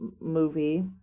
movie